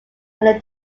are